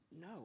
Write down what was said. no